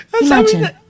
Imagine